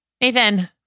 Nathan